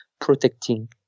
protecting